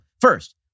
First